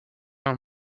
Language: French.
main